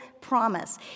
promise